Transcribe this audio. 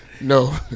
No